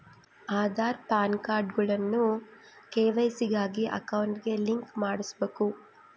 ಆದಾರ್, ಪಾನ್ಕಾರ್ಡ್ಗುಳ್ನ ಕೆ.ವೈ.ಸಿ ಗಾಗಿ ಅಕೌಂಟ್ಗೆ ಲಿಂಕ್ ಮಾಡುಸ್ಬಕು